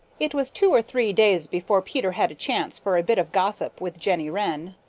it was two or three days before peter had a chance for a bit of gossip with jenny wren.